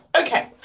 okay